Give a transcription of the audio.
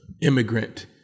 immigrant